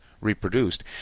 reproduced